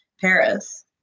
Paris